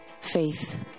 faith